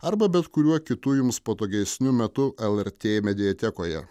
arba bet kuriuo kitu jums patogesniu metu lrt mediatekoje